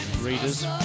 Readers